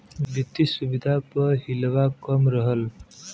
वित्तिय सुविधा प हिलवा कम रहल